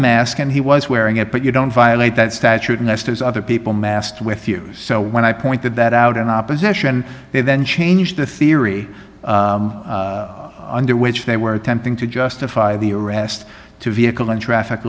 mask and he was wearing it but you don't violate that statute in just as other people massed with you so when i pointed that out in opposition they then changed the theory under which they were attempting to justify the arrest vehicle and traffic